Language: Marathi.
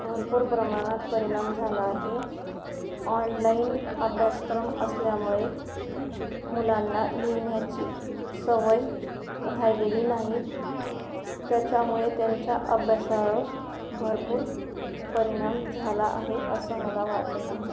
भरपूर प्रमाणात परिणाम झाला आहे ऑणलाईन अभ्यासक्रम असल्यामुळे मुलांना लिहिण्याची सवय राहिलेली नाही त्याच्यामुळे त्यांच्या अभ्यासावर भरपूर परिणाम झाला आहे असं मला वाटत आहे